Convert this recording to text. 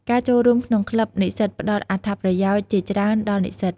ការចូលរួមក្នុងក្លឹបនិស្សិតផ្តល់អត្ថប្រយោជន៍ជាច្រើនដល់និស្សិត។